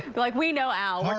like, we know al, we're